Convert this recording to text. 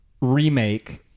remake